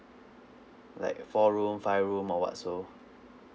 like a four room five room or what so